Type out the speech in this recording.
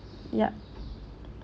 yeah